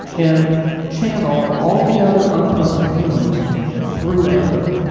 and channel all the other unpleasant feelings through anger,